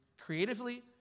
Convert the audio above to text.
creatively